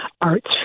Arts